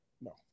no